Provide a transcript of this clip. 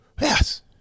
Yes